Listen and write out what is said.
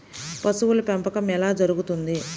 పశువుల పెంపకం ఎలా జరుగుతుంది?